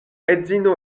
edzino